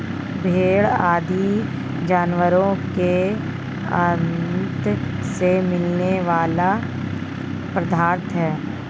भेंड़ आदि जानवरों के आँत से मिलने वाला पदार्थ है